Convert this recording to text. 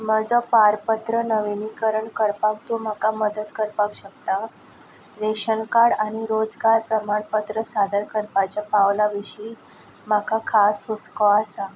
म्हजो पारपत्र नविनीकरण करपाक तूं म्हाका मदत करपाक शकता रेशन कार्ड आनी रोजगार प्रमाणपत्र सादर करपाच्या पावला विशीं म्हाका खास हुस्को आसा